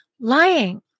lying